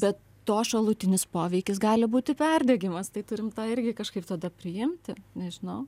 bet to šalutinis poveikis gali būti perdegimas tai turim tą irgi kažkaip tada priimti nežinau